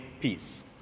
peace